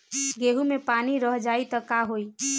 गेंहू मे पानी रह जाई त का होई?